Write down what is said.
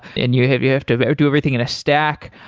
and you have you have to do everything in a stack.